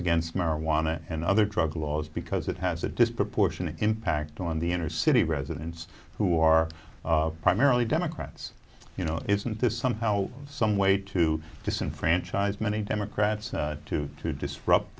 against marijuana and other drug laws because it has a disproportionate impact on the inner city residents who are primarily democrats you know isn't this somehow some way to disenfranchise many democrats to disrupt